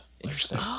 Interesting